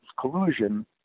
collusion